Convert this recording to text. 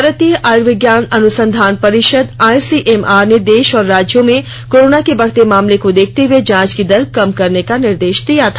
भारतीय आर्युविज्ञान अनुसंधान परिषद आईसीएमआर ने देष और राज्यों में कोरोना के बढ़ते मामलों को देखते हुये जांच की दर कम करने का निदेर्ष दिया था